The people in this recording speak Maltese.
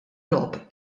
logħob